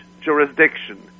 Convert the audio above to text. jurisdiction